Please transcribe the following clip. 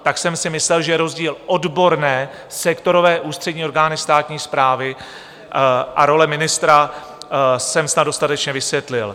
Tak jsem si myslel, že rozdíl odborné sektorové ústřední orgány státní správy a role ministra jsem snad dostatečně vysvětlil.